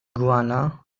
guiana